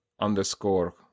underscore